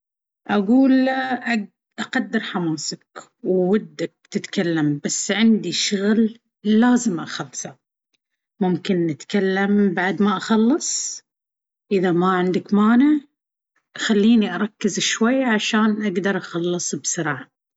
أقول له: "أقدر حماسك وودك تتكلم، بس عندي شغل لازم أخلصه. ممكن نتكلم بعد ما أخلص؟" إذا ما كان عندك مانع، خليني أركز شوي عشان أقدر أخلص بسرعة.